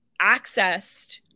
accessed